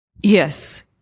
Yes